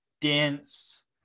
dense